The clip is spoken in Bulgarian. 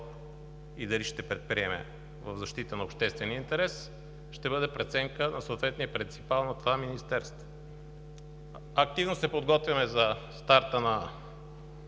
и дали ще предприеме в защита на обществения интерес, ще бъде преценка на съответния принципал на това министерство. Активно се подготвяме за старта на